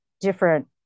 different